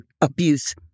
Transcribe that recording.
abuse